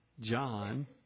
John